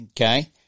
Okay